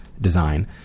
design